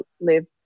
live